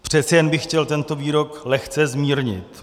Přece jen bych chtěl tento výrok lehce zmírnit.